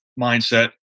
mindset